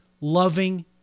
loving